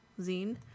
zine